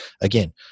again